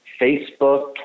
Facebook